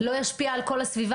לא ישפיע על כל הסביבה.